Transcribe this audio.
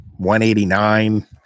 $189